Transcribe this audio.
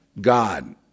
God